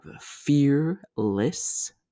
Fearless